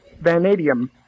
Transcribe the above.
vanadium